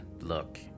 look